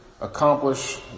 accomplish